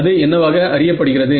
அது என்னவாக அறியப்படுகிறது